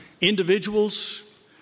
individuals